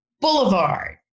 boulevard